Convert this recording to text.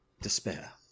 despair